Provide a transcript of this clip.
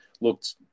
Looked